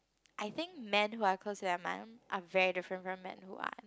I think man who are close to their mom are very different man who are